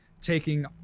taking